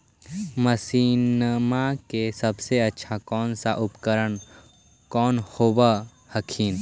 मसिनमा मे सबसे अच्छा कौन सा उपकरण कौन होब हखिन?